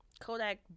Kodak